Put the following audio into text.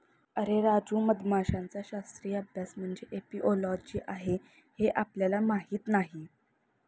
अरे राजू, मधमाशांचा शास्त्रीय अभ्यास म्हणजे एपिओलॉजी आहे हे आपल्याला माहीत नाही